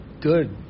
good